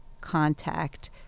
contact